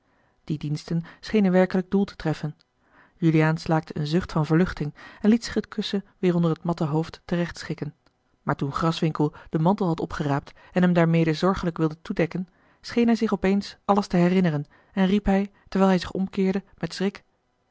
die diensten schenen werkelijk doel te treffen juliaan slaakte een zucht van verluchting en liet zich het kussen weêr onder het matte hoofd terecht schikken maar toen graswinckel den mantel had opgeraapt en hem daarmede zorgelijk wilde toedekken scheen hij zich op eens alles te herinneren en riep hij terwijl hij zich omkeerde met schrik